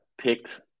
picked